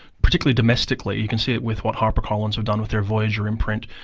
particularly domestically. you can see it with what harper collins have done with their voyager imprint,